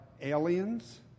aliens